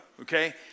okay